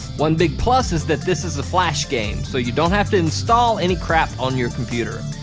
one big plus is that this is a flash game, so you don't have to install any crap on your computer.